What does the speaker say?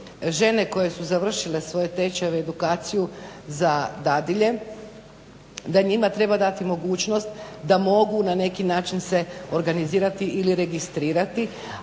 žene koje su završile svoje tečajeve, edukaciju za dadilje da njima treba dati mogućnost da mogu na neki način se organizirati ili registrirati.